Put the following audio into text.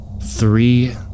Three